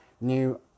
New